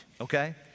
okay